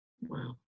Wow